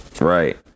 Right